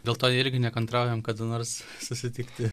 dėl to irgi nekantraujam kada nors susitikti